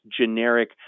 generic